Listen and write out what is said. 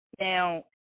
Now